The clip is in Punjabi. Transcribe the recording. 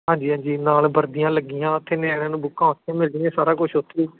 ਹਾਂਜੀ ਹਾਂਜੀ ਨਾਲ ਵਰਦੀਆਂ ਲੱਗੀਆਂ ਉੱਥੇ ਨਿਆਣਿਆਂ ਨੂੰ ਬੁੱਕਾਂ ਉੱਥੇ ਮਿਲਦੀਆਂ ਸਾਰਾ ਕੁਝ ਉੱਥੇ ਹੀ